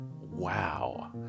wow